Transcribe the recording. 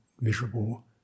miserable